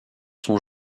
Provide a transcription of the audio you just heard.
sont